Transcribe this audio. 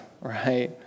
Right